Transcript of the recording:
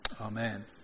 Amen